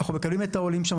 אנחנו מקבלים את העולים שם.